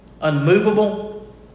unmovable